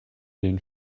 den